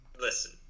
Listen